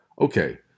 Okay